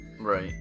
Right